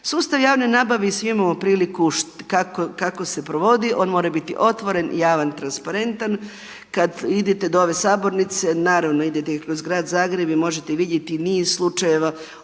Sustav javne nabave i svi imamo priliku kako se provodi. On mora biti otvoren, javan i transparentan. Kad idete do ove sabornice naravno idete i kroz grad Zagreb i možete vidjeti i niz slučajeva